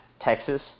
Texas